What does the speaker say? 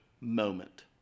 moment